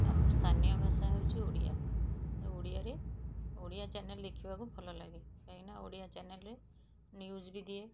ଆମ ସ୍ଥାନୀୟ ଭାଷା ହେଉଛି ଓଡ଼ିଆ ଓଡ଼ିଆରେ ଓଡ଼ିଆ ଚ୍ୟାନେଲ୍ ଦେଖିବାକୁ ଭଲଲାଗେ କାହିଁକିନା ଓଡ଼ିଆ ଚ୍ୟାନେଲରେ ନ୍ୟୁଜ୍ ବି ଦିଏ